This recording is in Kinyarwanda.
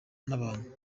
n’abantu